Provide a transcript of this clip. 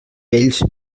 vells